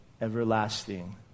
everlasting